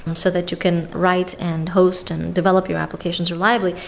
so that you can write and host and develop your applications reliably,